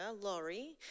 Laurie